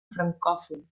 francòfon